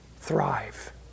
thrive